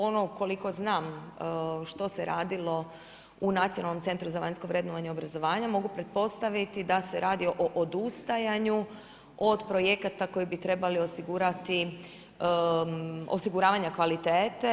Ono koliko znam što se radilo u Nacionalnom centru za vanjsko vrednovanje i obrazovanje mogu pretpostaviti da se radi o odustajanju od projekata koji bi trebali osigurati osiguravanje kvalitete.